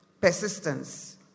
persistence